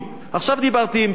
עכשיו דיברתי עם פעיל,